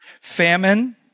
Famine